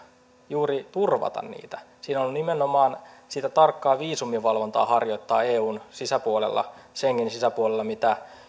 juuri turvata niitä siinä nimenomaan on tavoitteena sitä tarkkaa viisumivalvontaa harjoittaa eun sisäpuolella schengenin sisäpuolella